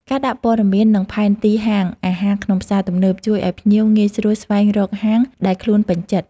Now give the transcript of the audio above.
ការដាក់ព័ត៌មាននិងផែនទីហាងអាហារក្នុងផ្សារទំនើប ជួយឱ្យភ្ញៀវងាយស្រួលស្វែងរកហាងដែលខ្លួនពេញចិត្ត។